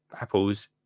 apples